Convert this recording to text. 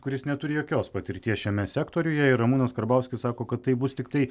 kuris neturi jokios patirties šiame sektoriuje ir ramūnas karbauskis sako kad tai bus tiktai